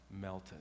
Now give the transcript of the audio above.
melted